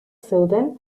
zeuden